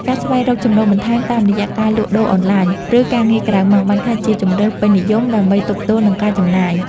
ការស្វែងរកចំណូលបន្ថែមតាមរយៈការលក់ដូរអនឡាញ ឬការងារក្រៅម៉ោងបានក្លាយជាជម្រើសពេញនិយមដើម្បីទប់ទល់នឹងការចំណាយ។